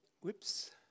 whoops